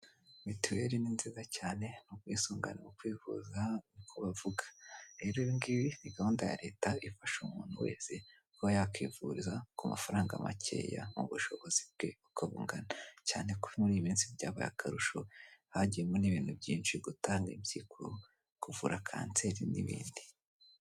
Mituweli ni nziza cyane ni ubwisungane mu kwivuza uko bavuga, rero ibi ngibi ni gahunda ya leta ifasha umuntu wese kuba yakivuriza ku mafaranga makeya mu ubushobozi bwe uko bungana, cyane ko muri iyi minsi byabaye akarusho, hagiye mo n'ibintu byinshi, gutanga impyiko, kuvura kanseri n'ibindi.